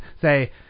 say